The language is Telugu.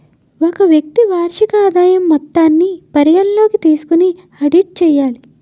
ఒక వ్యక్తి వార్షిక ఆదాయం మొత్తాన్ని పరిగణలోకి తీసుకొని ఆడిట్ చేయాలి